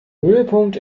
höhepunkt